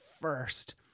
first